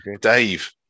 Dave